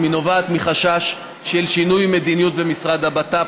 אם היא נובעת מחשש של שינוי מדיניות במשרד הבט"פ,